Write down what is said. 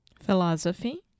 Philosophy